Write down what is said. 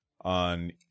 on